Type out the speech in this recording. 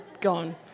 gone